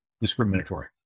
discriminatory